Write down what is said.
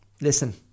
listen